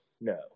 no